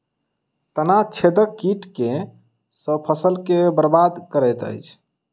तना छेदक कीट केँ सँ फसल केँ बरबाद करैत अछि?